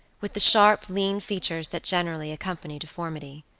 with the sharp lean features that generally accompany deformity.